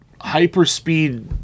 hyperspeed